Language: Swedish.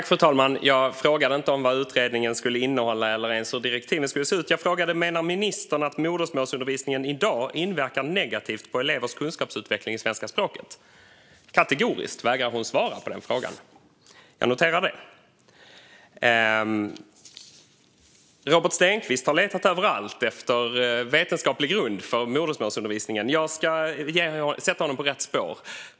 Fru talman! Jag frågade inte vad utredningen skulle innehålla eller ens hur direktiven skulle se ut. Jag frågade om ministern menade att modersmålsundervisningen i dag inverkar negativt på elevers kunskapsutveckling i svenska språket. Hon vägrar kategoriskt att svara på frågan. Jag noterar det. Robert Stenkvist har letat överallt efter vetenskaplig grund för modersmålsundervisningen. Jag ska sätta honom på rätt spår.